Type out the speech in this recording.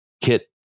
kit